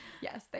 yes